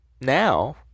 now